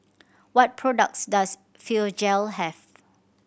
what products does Physiogel have